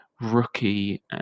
rookie